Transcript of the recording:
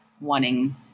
wanting